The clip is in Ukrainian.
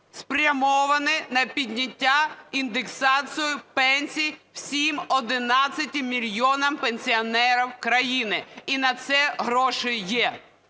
спрямовані на підняття, індексацію пенсій всім 11 мільйонам пенсіонерів країни. І на це гроші є.